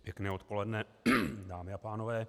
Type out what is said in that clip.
Pěkné odpoledne, dámy a pánové.